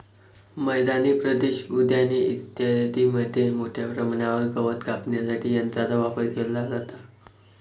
मैदानी प्रदेश, उद्याने इत्यादींमध्ये मोठ्या प्रमाणावर गवत कापण्यासाठी यंत्रांचा वापर केला जातो